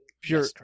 pure